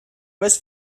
was